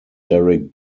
derek